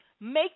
Make